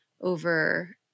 over